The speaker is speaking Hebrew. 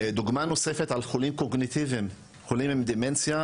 דוגמה נוספת על חולים קוגניטיביים - חולים עם דמנציה,